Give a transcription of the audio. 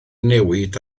newid